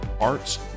arts